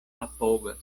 apogas